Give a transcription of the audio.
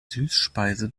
süßspeise